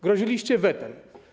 Groziliście wetem.